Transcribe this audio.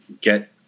get